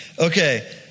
Okay